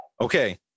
Okay